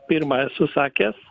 pirma esu sakęs